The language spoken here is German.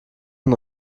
den